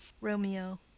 romeo